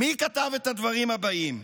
מי כתב את הדברים הבאים?